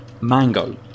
mango